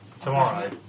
Tomorrow